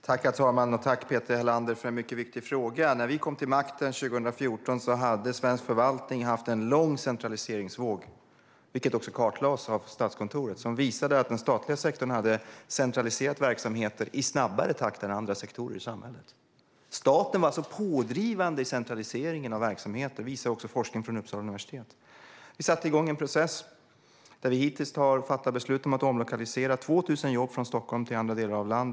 Herr talman! Tack, Peter Helander, för en mycket viktig fråga! När vi kom till makten 2014 hade svensk förvaltning haft en lång period av centralisering, vilket också kartlades av Statskontoret som visade att den statliga sektorn hade centraliserat verksamheter i snabbare takt än andra sektorer i samhället. Staten var alltså pådrivande i centraliseringen av verksamheter. Det visar också forskning från Uppsala universitet. Vi satte igång en process där vi hittills har fattat beslut om att omlokalisera 2 000 jobb från Stockholm till andra delar av landet.